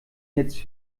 jetzt